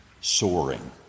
soaring